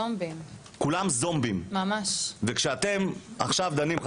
נעמה לזימי (יו"ר